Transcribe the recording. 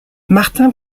martin